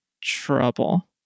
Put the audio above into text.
trouble